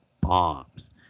bombs